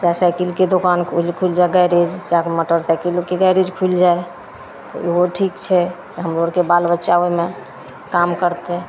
चाहे साइकिलके दोकान खुलि जाए गैरेज चाहे मोटरसाइकिलके गैरेज खुलि जाए तऽ ओहो ठीक छै हमरो आओरके बाल बच्चा ओहिमे काम करतै